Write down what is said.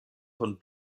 von